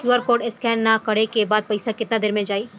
QR code scan न करे क बाद पइसा केतना देर म जाई?